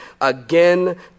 Again